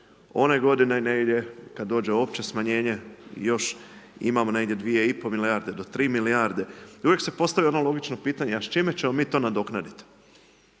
negdje kada dođe opće smanjenje i još imamo negdje 2,5 milijarde do 3 milijarde. I uvijek se postavlja ono logično pitanje a s čime ćemo mi to nadoknaditi.